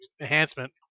enhancement